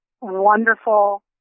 wonderful